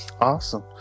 Awesome